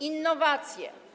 Innowacje.